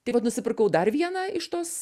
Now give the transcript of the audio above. tai vat nusipirkau dar vieną iš tos